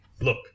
Look